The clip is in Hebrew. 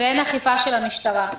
ואין אכיפה של המשטרה.